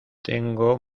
tengo